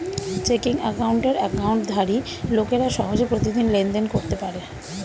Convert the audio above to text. checking অ্যাকাউন্টের অ্যাকাউন্টধারী লোকেরা সহজে প্রতিদিন লেনদেন করতে পারে